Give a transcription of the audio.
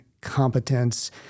competence